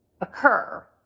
occur